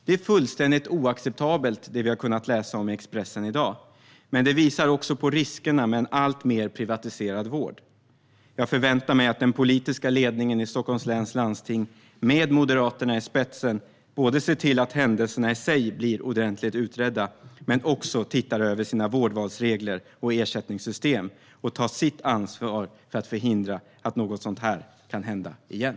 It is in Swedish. Det vi har kunnat läsa om i Expressen i dag är fullständigt oacceptabelt, men det visar också på riskerna med en alltmer privatiserad vård. Jag förväntar mig att den politiska ledningen i Stockholms läns landsting med Moderaterna i spetsen både ser till att händelserna i sig blir ordentligt utredda och att man tittar över sina vårdvalsregler och ersättningssystem och tar sitt ansvar för att förhindra att något sådant här kan hända igen.